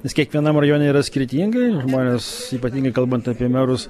nes kiekvienam rajone yra skirtingai žmonės ypatingai kalbant apie merus